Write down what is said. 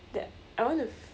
that I want to